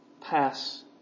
pass